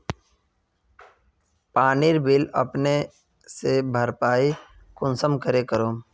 पानीर बिल अपने से भरपाई कुंसम करे करूम?